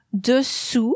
dessous